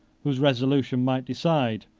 whose resolution might decide,